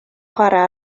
chwarae